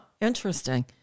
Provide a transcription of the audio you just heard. interesting